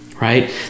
right